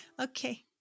Okay